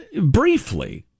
briefly